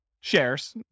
shares